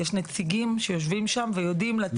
יש נציגים שיושבים שם ויודעים לתת לו